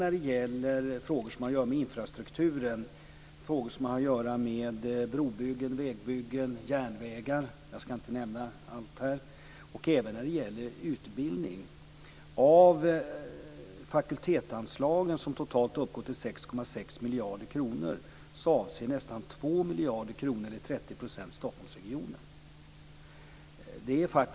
När det gäller frågor som har att göra med infrastruktur, med brobyggen, vägbyggen, järnvägar och utbildning avser ca 2 miljarder eller 30 % av fakultetsanslagen på totalt 6,6 miljarder kronor att gå till Stockholmsregionen.